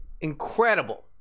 Incredible